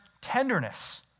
tenderness